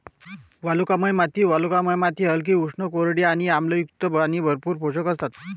वालुकामय माती वालुकामय माती हलकी, उष्ण, कोरडी आणि आम्लयुक्त आणि भरपूर पोषक असतात